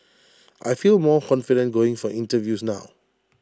I feel more confident going for interviews now